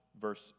verse